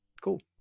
Cool